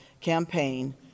campaign